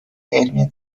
علمی